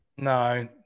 No